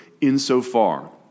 insofar